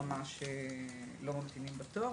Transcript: וממש לא ממתינים בתור.